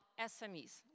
SMEs